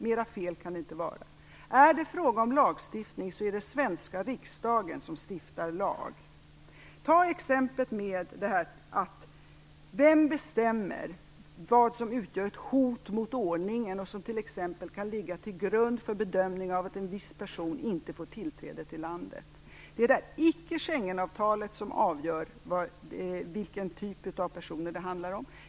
Mera fel kan det inte vara. Är det fråga om lagar så är det svenska riksdagen som stiftar dem. Ta som ett exempel frågan om vem som bestämmer vad som utgör ett hot mot ordningen och som t.ex. kan ligga till grund för bedömning av att en viss person inte får tillträde till landet. Det är icke Schengenavtalet som avgör vilken typ av personer det handlar om.